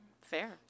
Fair